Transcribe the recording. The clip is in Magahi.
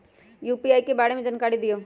यू.पी.आई के बारे में जानकारी दियौ?